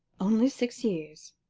only six years.